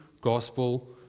gospel